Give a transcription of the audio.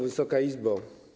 Wysoka Izbo!